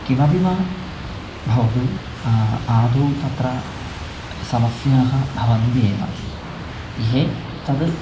किमपि वा भवतु आदौ तत्र समस्याः भवन्त्येव ये तत्